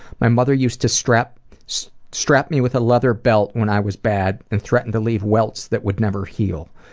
my mother used to strap so strap me with a leather belt when i was bad and threatened to leave welts that would never heal.